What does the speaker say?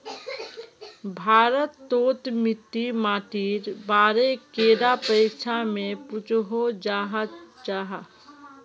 भारत तोत मिट्टी माटिर बारे कैडा परीक्षा में पुछोहो जाहा जाहा?